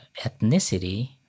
ethnicity